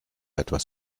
etwas